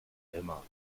immer